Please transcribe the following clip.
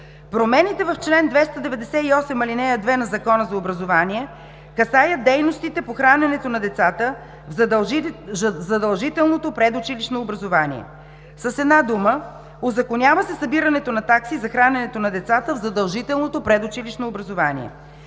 Промените в чл. 298, ал. 2 на Закона за образование касаят дейностите по храненето на децата в задължителното предучилищно образование. С една дума, узаконява се събирането на такси за храненето на децата в задължителното предучилищно образование.